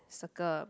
circle